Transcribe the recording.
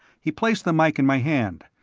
he placed the mike in my hand.